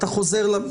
אתה חוזר לזה.